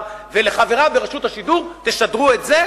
ולחבריו ברשות השידור: תשדרו את זה,